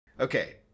Okay